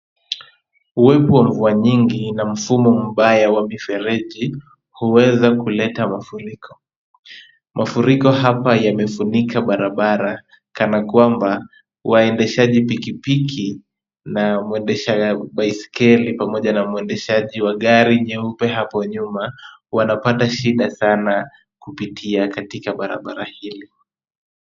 Uwepo wa mvua mingi na mfumo mbaya ya mifereji huweza kuleta mafuriko. Mafuriko hapa yamefunika barabara kana kwamba waendeshaji pikipiki na waendesha baiskeli pamoja na mwendeshaji wa gari nyeupe hapo nyuma wanapata shida sana kupitia katika barabara hili.